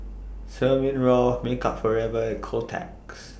Smirnoff Makeup Forever and Kotex